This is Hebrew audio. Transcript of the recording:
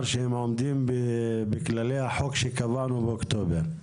שהם עומדי בכללי החוק שקבענו באוקטובר?